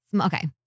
Okay